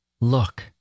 Look